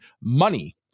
money